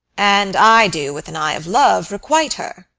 and i do with an eye of love requite her.